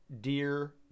dear